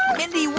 mindy,